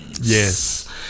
Yes